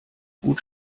gut